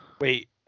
Wait